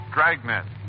Dragnet